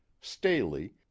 Staley